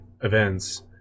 events